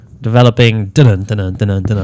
developing